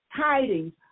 tidings